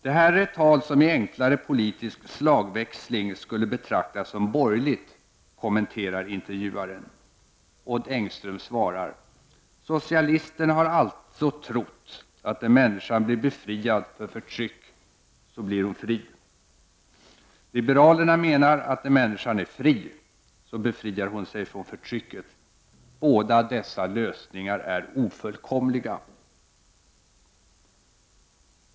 Det här är ett tal som i enklare politisk slagväxling skulle betraktas som borgerligt, kommenterar intervjuaren. Odd Engström svarar: Socialisterna har alltså trott att när människan blir befriad från förtryck blir hon fri. Liberalerna menar att när människan är fri så befriar hon sig från förtrycket. Båda dessa lösningar är ofullkomliga.